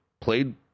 Played